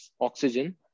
oxygen